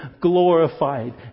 Glorified